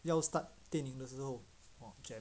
要 start 电影的时候